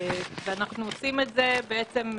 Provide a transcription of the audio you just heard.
מי בעד?